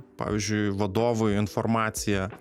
pavyzdžiui vadovui informaciją